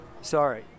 Sorry